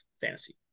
fantasy